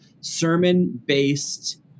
sermon-based